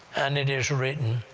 and it is written,